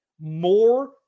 More